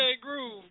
Groove